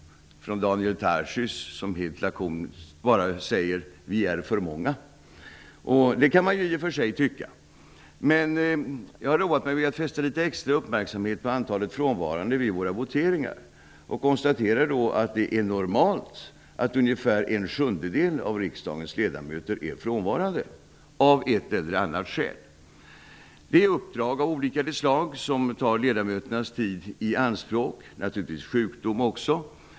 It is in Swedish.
Daniel Tarschys säger i sin motion helt lakoniskt att vi är för många. Det kan man i och för sig tycka. Men jag har roat mig med att fästa litet extra uppmärksamhet vid antalet frånvarande vid våra voteringar. Jag konstaterar att det är normalt att ungefär en sjundedel av riksdagens ledamöter är frånvarande av ett eller annat skäl. Det kan vara fråga om uppdrag av olika slag som tar ledamöternas tid i anspråk. Det kan naturligvis vara sjukdom.